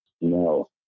No